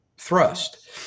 thrust